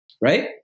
Right